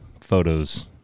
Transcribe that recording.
photos